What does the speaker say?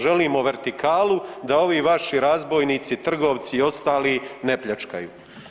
Želimo vertikalu da ovi vaši razbojnici, trgovci i ostali ne pljačkaju.